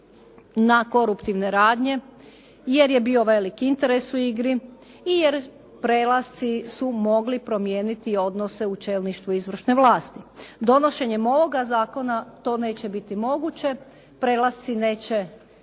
na koruptivne radnje jer je bio velik interes u igri i jer prelasci su mogli promijeniti odnose u čelništvu izvršne vlasti. Donošenjem ovoga zakona to neće biti moguće, prelasci neće